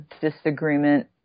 disagreement